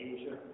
Asia